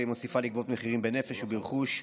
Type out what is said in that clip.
והיא מוסיפה לגבות מחירים בנפש וברכוש,